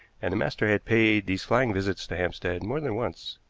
and the master had paid these flying visits to hampstead more than once.